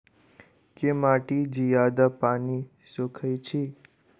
केँ माटि जियादा पानि सोखय छै?